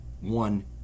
one